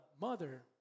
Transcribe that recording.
mother